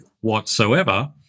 whatsoever